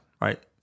right